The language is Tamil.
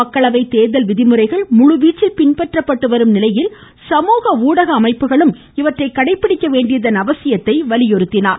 மக்களவை தேர்தல் விதிமுறைகள் முழுவீச்சில் பின்பற்றப்பட்டு வரும் நிலையில் சமுகஊடக அமைப்புகளும் இவற்றை கடைபிடிக்க வேண்டியதன் அவசியத்தை அவர் வலியுறுத்தினார்